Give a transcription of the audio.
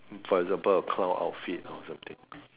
for example a clown outfit or something